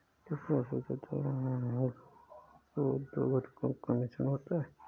क्या पोषक तत्व अगरो दो घटकों का मिश्रण होता है?